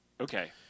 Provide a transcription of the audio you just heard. Okay